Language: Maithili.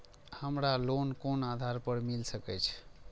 हमरा लोन कोन आधार पर मिल सके छे?